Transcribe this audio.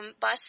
bus